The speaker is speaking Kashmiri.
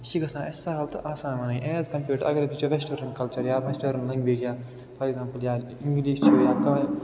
یہِ چھِ گَژھان اَسہِ سہل تہٕ آسان وَنٕنۍ ایز کمپِیٲڈ ٹُہ اگر وٕچھو وٮ۪سٹٲرٕن کَلچَر یا وٮ۪سٹٲرٕن لنٛگویج یا فار اٮ۪گزامپٕل یا اِنٛگلِش چھِ یا کانٛہہ